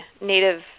Native